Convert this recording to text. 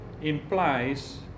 implies